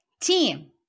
team